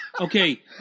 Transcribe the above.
Okay